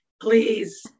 please